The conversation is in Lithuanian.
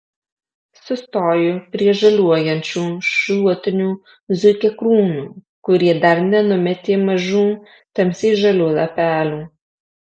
sustoju prie žaliuojančių šluotinių zuikiakrūmių kurie dar nenumetė mažų tamsiai žalių lapelių